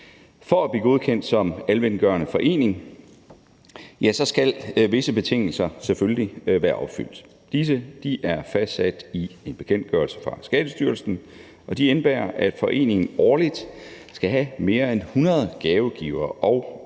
For at blive godkendt som almenvelgørende forening skal visse betingelser selvfølgelig være opfyldt. Disse er fastsat i en bekendtgørelse fra Skattestyrelsen, og de indebærer, at foreningen årligt skal have mere end 100 gavegivere og over